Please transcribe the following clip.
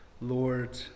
Lord